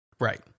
Right